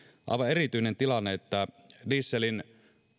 aivan erityinen tilanne että dieselin